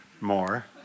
more